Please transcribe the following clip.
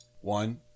One